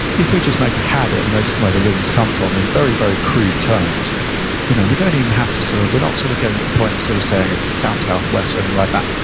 if we just make a habit of noticing where the winds come from in very, very crude terms you know we don't even have to sort of, we're not sort of getting to the point of sort of saying it's south-southwest or anything like that.